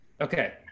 okay